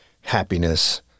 Happiness